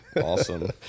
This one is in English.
awesome